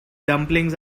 dumplings